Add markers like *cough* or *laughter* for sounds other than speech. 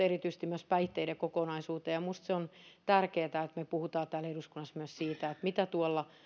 *unintelligible* erityisesti päihteiden kokonaisuuteen minusta se on tärkeätä että me puhumme täällä eduskunnassa myös siitä mitä tuolla